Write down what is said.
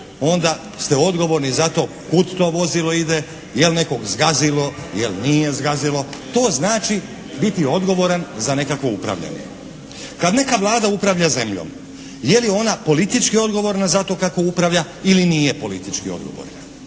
onda ste odgovorni za to kud to vozilo ide, jel nekog zgazilo, jel nekog zgazilo, jel nije zgazilo. To znači biti odgovoran za nekakvo upravljanje. Kad neka Vlada upravlja zemljom je li ona politički odgovorna za to kako upravlja ili nije politički odgovorna?